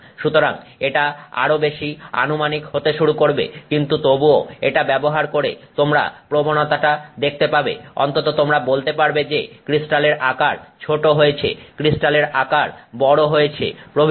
সুতরাং এটা আরো বেশী আনুমানিক হতে শুরু করবে কিন্তু তবুও এটা ব্যবহার করে তোমরা প্রবণতাটা দেখতে পাবে অন্তত তোমরা বলতে পারবে যে ক্রিস্টালের আকার ছোট হয়েছে ক্রিস্টালের আকার বড় হয়েছে প্রভৃতি